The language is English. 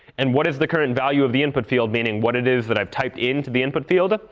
and what is the current value of the input field, meaning, what it is that i've typed into the input field.